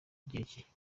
rw’ikigereki